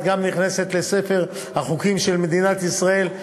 את גם נכנסת לספר החוקים של מדינת ישראל.